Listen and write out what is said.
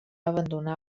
abandonar